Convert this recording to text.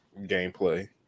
gameplay